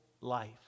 life